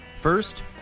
First